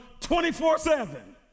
24-7